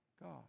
God